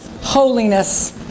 holiness